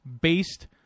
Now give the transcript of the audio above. based